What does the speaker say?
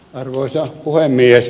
arvoisa puhemies